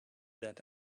that